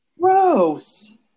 Gross